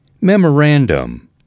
Memorandum